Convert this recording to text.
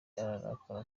ararakara